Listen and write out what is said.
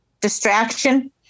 distraction